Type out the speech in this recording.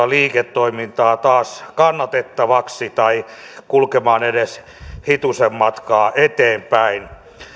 liiketoimintaa taas kannattavaksi tai kulkemaan edes hitusen matkaa eteenpäin